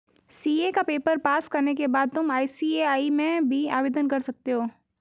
CA का paper pass करने के बाद तुम आई.सी.ए.आई में भी आवेदन कर सकते हो